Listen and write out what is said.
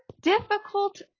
difficult